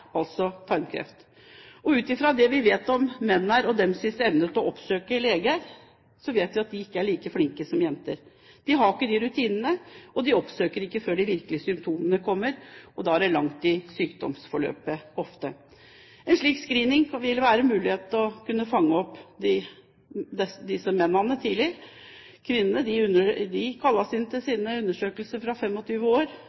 altså tarmkreft. Ut fra det vi vet om menn og deres evne til å oppsøke lege, er de ikke like flinke som jenter. De har ikke de rutinene, de oppsøker ikke lege før de virkelige symptomene kommer, og da er de ofte kommet langt i sykdomsforløpet. Med en slik screening vil det være mulig å fange opp disse mennene tidlig. Kvinnene kalles inn til